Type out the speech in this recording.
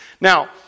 Now